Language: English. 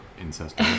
incest